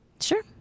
Sure